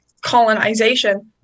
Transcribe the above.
colonization